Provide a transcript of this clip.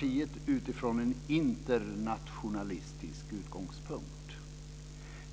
EU från en internationalistisk utgångspunkt.